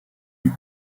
nous